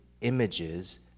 images